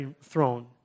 throne